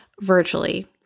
virtually